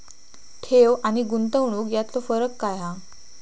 ठेव आनी गुंतवणूक यातलो फरक काय हा?